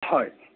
হয়